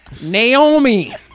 Naomi